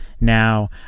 now